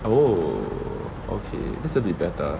oh okay this will be better